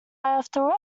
after